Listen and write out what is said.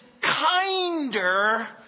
kinder